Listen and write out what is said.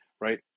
Right